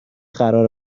قراره